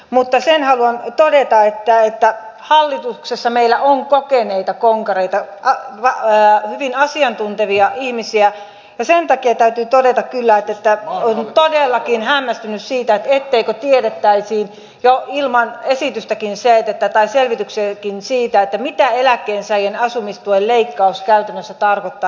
mutta sen haluan todeta että hallituksessa meillä on kokeneita konkareita hyvin asiantuntevia ihmisiä ja sen takia täytyy todeta kyllä että olen todellakin hämmästynyt siitä etteikö tiedettäisi jo ilman esitystäkin se että tähän selvitykseen siitä selvityksiäkin mitä eläkkeensaajien asumistuen leikkaus käytännössä tarkoittaa eläkkeensaajien toimeentulolle